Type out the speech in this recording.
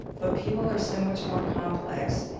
but people are so much more complex,